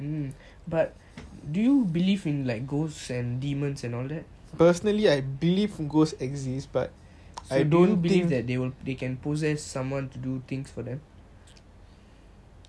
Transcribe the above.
but do you believe that they will they can possess someone to do things for them